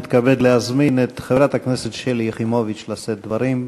אני מתכבד להזמין את חברת הכנסת שלי יחימוביץ לשאת דברים.